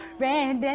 ran and and